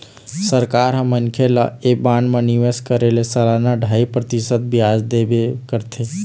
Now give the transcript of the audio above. सरकार ह मनखे ल ऐ बांड म निवेश करे ले सलाना ढ़ाई परतिसत बियाज देबे करथे